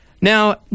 Now